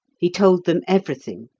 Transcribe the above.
he told them everything,